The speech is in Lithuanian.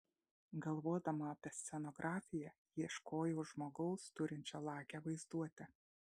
galvodama apie scenografiją ieškojau žmogaus turinčio lakią vaizduotę